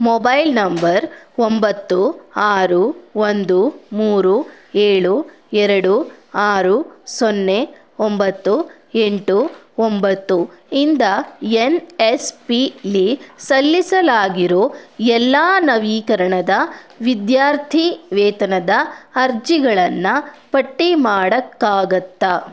mobile number ಒಂಬತ್ತು ಆರು ಒಂದು ಮೂರು ಏಳು ಎರಡು ಆರು ಸೊನ್ನೆ ಒಂಬತ್ತು ಎಂಟು ಒಂಬತ್ತು ಇಂದ ಎನ್ ಎಸ್ ಪಿಲಿ ಸಲ್ಲಿಸಲಾಗಿರೋ ಎಲ್ಲ ನವೀಕರಣದ ವಿದ್ಯಾರ್ಥಿವೇತನದ ಅರ್ಜಿಗಳನ್ನು ಪಟ್ಟಿ ಮಾಡಕ್ಕಾಗುತ್ತಾ